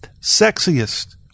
Sexiest